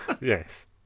Yes